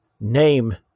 name